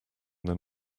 than